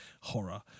horror